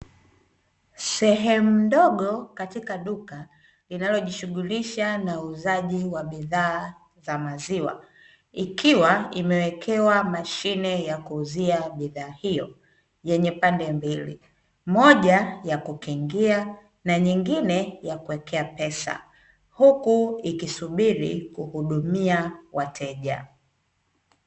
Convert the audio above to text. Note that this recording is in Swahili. Sehemu ndogo katika duka linalojishughulisha na uuzaji wa bidhaa za maziwa, ikiwa imewekewa mashine ya kuuzia bidhaa hiyo yenye pande mbili, moja ya kukingia na nyingine ya kuwekea pesa huku ikisubiri kuhudumia wateja.